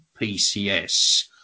PCS